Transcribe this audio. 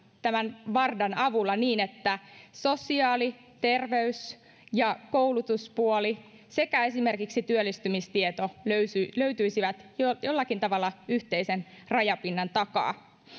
tämän vardan avulla niin että sosiaali terveys ja koulutuspuoli sekä esimerkiksi työllistymistieto löytyisivät löytyisivät jollakin tavalla yhteisen rajapinnan takaa